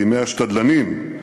בימי השתדלנים,